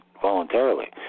voluntarily